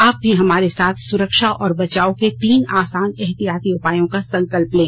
आप भी हमारे साथ सुरक्षा और बचाव के तीन आसान एहतियाती उपायों का संकल्प लें